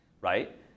Right